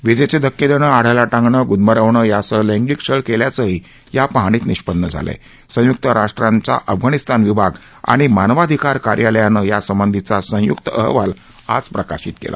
विजद्वाधिक्क देणी आढ्याला टांगणं गुदमरवण यासह लैगिंक छळ कल्याचंही या पहाणीत निष्पन्न झालं आह संयुक्त राष्ट्रांचा अफगाणिस्तान विभाग आणि मानवाधिकार कार्यालयानं यासंबंधीचा संयुक्त अहवाल आज प्रकाशित कल्ली